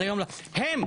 הן,